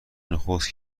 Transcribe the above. نخست